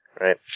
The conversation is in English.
Right